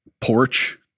porch